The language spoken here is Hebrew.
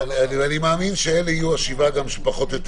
אני מאמין שאלה יישארו.